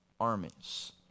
Armies